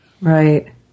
Right